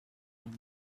any